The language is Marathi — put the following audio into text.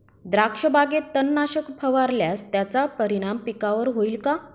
द्राक्षबागेत तणनाशक फवारल्यास त्याचा परिणाम पिकावर होईल का?